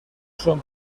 són